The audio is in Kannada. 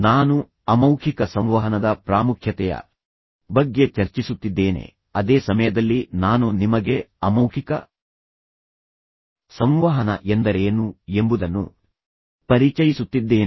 ನಾನು ಅಮೌಖಿಕ ಸಂವಹನದ ಪ್ರಾಮುಖ್ಯತೆಯ ಬಗ್ಗೆ ಚರ್ಚಿಸುತ್ತಿದ್ದೇನೆ ಅದೇ ಸಮಯದಲ್ಲಿ ನಾನು ನಿಮಗೆ ಅಮೌಖಿಕ ಸಂವಹನ ಎಂದರೇನು ಎಂಬುದನ್ನು ಪರಿಚಯಿಸುತ್ತಿದ್ದೇನೆ